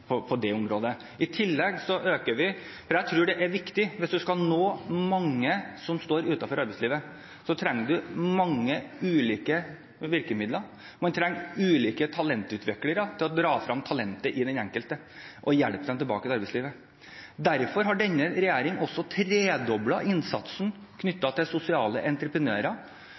hvis man skal nå mange som står utenfor arbeidslivet. Man trenger ulike talentutviklere til å dra frem talentet i den enkelte og hjelpe dem tilbake til arbeidslivet. Derfor har denne regjeringen også tredoblet innsatsen knyttet til sosiale entreprenører.